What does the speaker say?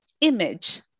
image